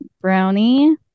brownie